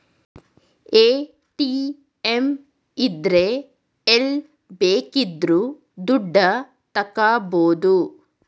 ATM ಇದ್ರೆ ಎಲ್ಲ್ ಬೇಕಿದ್ರು ದುಡ್ಡ ತಕ್ಕಬೋದು